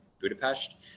Budapest